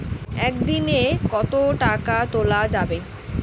একদিন এ কতো টাকা তুলা যাবে?